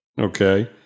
Okay